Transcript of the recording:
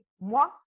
Moi